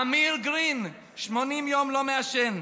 אמיר גרין, 80 יום לא מעשן,